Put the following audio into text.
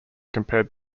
compared